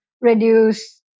reduce